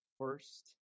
first